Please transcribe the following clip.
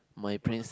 my brain's